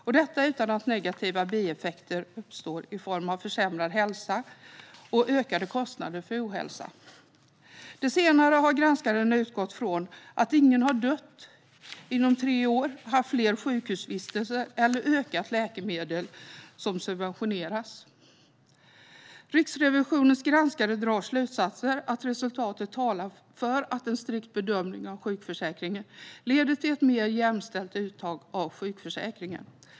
Detta sker utan att negativa bieffekter uppstår i form av försämrad hälsa och ökade kostnader för ohälsa. Det senare har granskaren konstaterat utifrån att ingen har dött, haft fler sjukhusvistelser eller fått ökade läkemedel som subventioneras. Riksrevisionens granskare drar slutsatsen att resultatet talar för att en strikt bedömning av sjukförsäkringen leder till ett mer jämställt uttag av sjukförsäkringen.